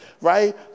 right